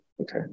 Okay